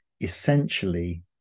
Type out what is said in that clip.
essentially